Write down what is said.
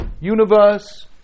universe